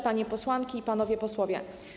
Panie Posłanki i Panowie Posłowie!